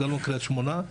גם לא קריית שמונה,